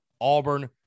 Auburn